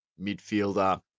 midfielder